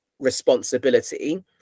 responsibility